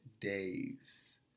days